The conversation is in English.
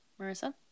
Marissa